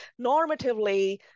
normatively